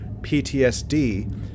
PTSD